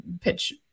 pitch